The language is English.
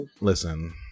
listen